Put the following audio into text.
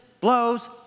blows